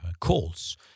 calls